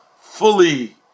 fully